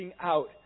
out